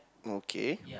okay